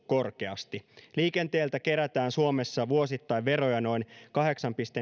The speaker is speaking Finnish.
korkeasti liikenteeltä kerätään suomessa vuosittain veroja noin kahdeksan pilkku